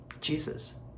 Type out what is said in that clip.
Jesus